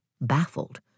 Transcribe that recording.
baffled